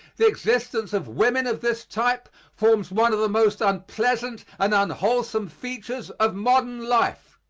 the existence of women of this type forms one of the most unpleasant and unwholesome features of modern life.